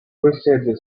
possède